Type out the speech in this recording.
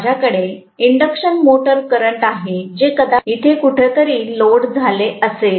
माझ्याकडे induction motor current आहे हे कदाचित इथे कुठेतरी लोड झाले असेल